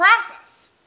process